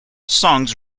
songs